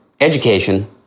education